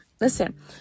listen